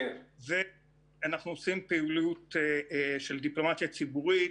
אנחנו עושים פעילות של דיפלומטיה ציבורית